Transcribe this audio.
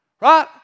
Right